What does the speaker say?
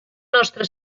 nostra